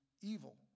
evil